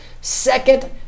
second